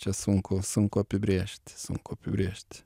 čia sunku sunku apibrėžti sunku apibrėžti